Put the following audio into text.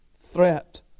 threat